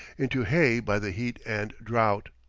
into hay by the heat and drought.